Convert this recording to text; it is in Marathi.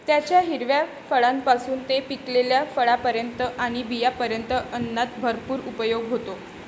त्याच्या हिरव्या फळांपासून ते पिकलेल्या फळांपर्यंत आणि बियांपर्यंत अन्नात भरपूर उपयोग होतो